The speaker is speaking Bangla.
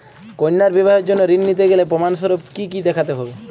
কন্যার বিবাহের জন্য ঋণ নিতে গেলে প্রমাণ স্বরূপ কী কী দেখাতে হবে?